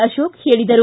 ಅಶೋಕ್ ಹೇಳಿದರು